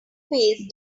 phase